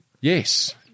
Yes